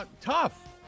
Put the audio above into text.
Tough